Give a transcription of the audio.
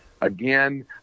Again